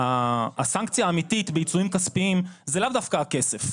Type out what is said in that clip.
הסנקציה האמיתית בעיצומים כספיים זה לאו דווקא הכסף,